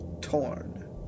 torn